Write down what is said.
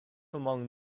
among